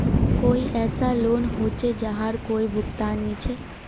कोई ऐसा लोन होचे जहार कोई भुगतान नी छे?